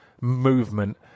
movement